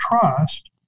trust